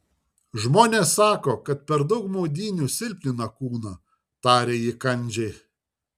žmonės sako kad per daug maudynių silpnina kūną tarė ji kandžiai